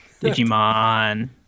Digimon